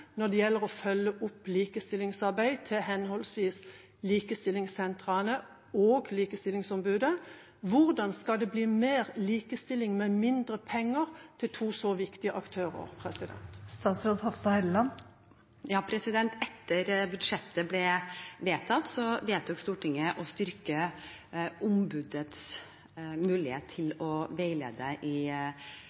når det gjelder å følge opp likestillingsarbeid – hvordan skal det bli mer likestilling med mindre penger til to så viktige aktører? Etter at budsjettet ble vedtatt, vedtok Stortinget å styrke ombudets mulighet til å veilede i